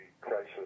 crisis